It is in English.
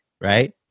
right